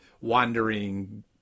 wandering